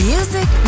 Music